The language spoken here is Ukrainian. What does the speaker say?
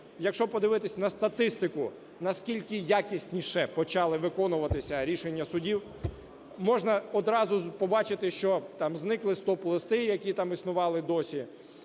Якщо подивитись на статистику, наскільки якісніше почали виконуватись рішення судів, можна одразу побачити, що там зникли стоп-листи, які там існували досі,